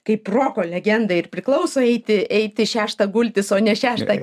kaip roko legendai ir priklauso eiti eiti šeštą gultis o ne šeštą